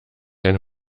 eine